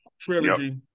trilogy